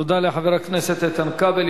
תודה לחבר הכנסת איתן כבל.